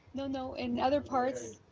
no, no. in other parts,